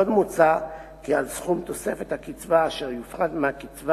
עוד מוצע כי על סכום תוספת הקצבה אשר יופחת מהקצבה